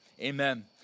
Amen